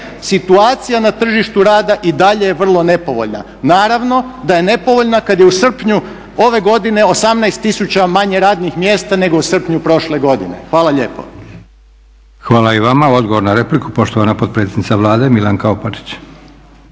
situacija na tržištu rada i dalje je vrlo nepovoljna. Naravno da je nepovoljna kad je u srpnju ove godine 18 tisuća manje radnih mjesta nego u srpnju prošle godine. Hvala lijepo. **Leko, Josip (SDP)** Hvala i vama. Odgovor na repliku poštovana potpredsjednica Vlade Milanka Opačić.